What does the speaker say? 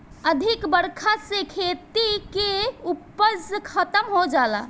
अधिका बरखा से खेती के उपज खतम हो जाता